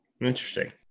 interesting